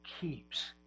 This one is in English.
keeps